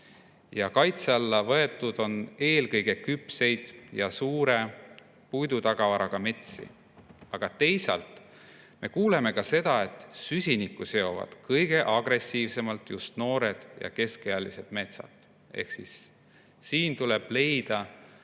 ja kaitse alla võetud on eelkõige küpseid ja suure puidutagavaraga metsi, aga teisalt me kuulsime ka seda, et süsinikku seovad kõige agressiivsemalt just noored ja keskealised metsad. Siin tuleb